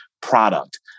product